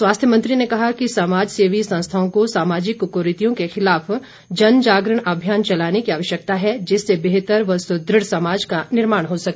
स्वास्थ्य मंत्री ने कहा कि समाज सेवी संस्थाओं को सामाजिक कुरीतियों के खिलाफ जन जागरण अभियान चलाने की आवश्यकता है जिससे बेहतर व सुदृढ़ समाज का निर्माण हो सके